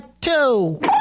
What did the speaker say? two